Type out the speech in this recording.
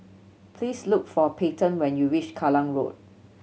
please look for Peyton when you reach Kallang Road